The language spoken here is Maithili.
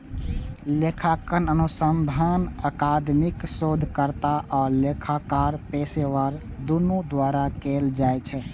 लेखांकन अनुसंधान अकादमिक शोधकर्ता आ लेखाकार पेशेवर, दुनू द्वारा कैल जाइ छै